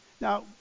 Now